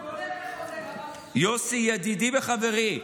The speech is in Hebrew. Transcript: יוסי ידידי וחברי,